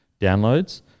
downloads